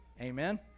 Amen